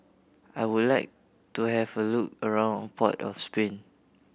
I would like to have a look around Port of Spain